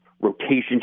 rotation